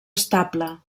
estable